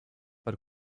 per